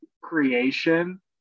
creation